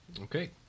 Okay